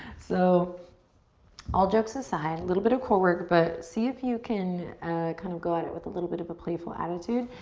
so all jokes aside, a little bit of core work, but see if you can kind of go at it with a little bit of a playful attitude.